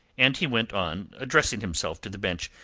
and he went on, addressing himself to the bench.